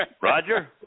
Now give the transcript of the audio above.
Roger